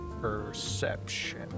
perception